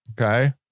okay